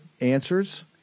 answers